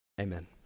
amen